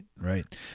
right